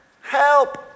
Help